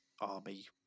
army